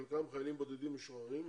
חלקם חיילים בודדים משוחררים,